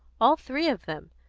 all three of them!